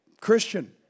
Christian